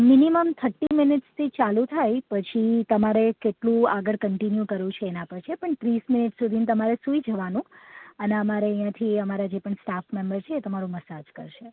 minimum થટ્ટી મિનિટ્સથી ચાલું થાય પછી તમારે કેટલું આગળ કન્ટીન્યુ કરવું છે એના પર છે પણ ત્રીસ મિનિટ સુધીમાં તમારે સુઇ જવાનું અને અમારે અહીંયાથી અમારા જે પણ સ્ટાફ મેમ્બર છે એ તમારો મસાજ કરશે